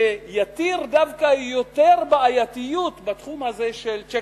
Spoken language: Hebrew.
שיתיר דווקא יותר בעייתיות בתחום הזה של checks